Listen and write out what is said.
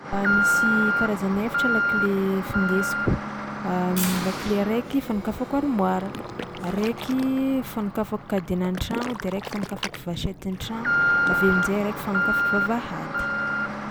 A misy karazany efatra lakile findesiko: ny lakile araiky fanokafako armoara, araiky fanokafako cadenan-tragno de raiky fanokafako vachetten-tragno avy eo amin-jay araiky fanokafako vavahady.